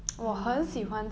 mm